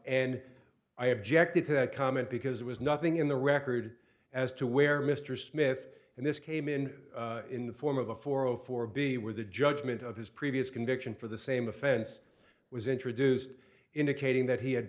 and i objected to that comment because it was nothing in the record as to where mr smith and this came in in the form of a four hundred four b where the judgment of his previous conviction for the same offense was introduced indicating that he had